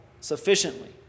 sufficiently